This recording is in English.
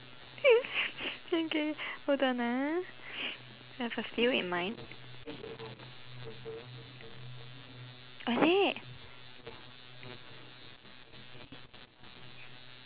okay hold on ah I have a few in mind oh is it